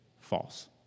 false